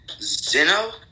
Zeno